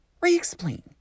re-explain